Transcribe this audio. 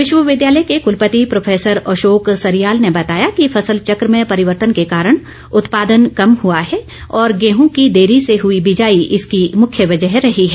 विश्वविद्यालय के कलपति प्रोफैसर अशोक सरियाल ने बताया कि फसल चक्र में परिवर्तन के कारण उत्पादन कम हुआ है और गेहूं की देरी से हुई बिजाई इसकी मुख्य वजह रही है